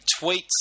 tweets